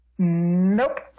nope